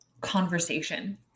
conversation